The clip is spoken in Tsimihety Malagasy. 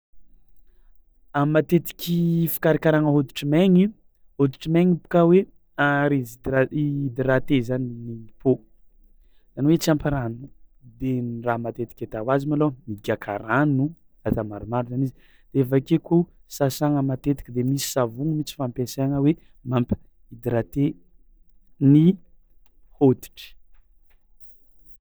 A matetiky fikarakaragna hôditry maigny, hôditry maigny boka hoe reshydra- hydrater zany ny peau zany hoe tsy ampy rano de ny raha matetiky atao azy malôha migiàka rano atao maromaro zany izy de avy ake koa sasagna matetiky de misy savogno mihitsy fampiasaigna hoe mampi-hydrater ny hôditry.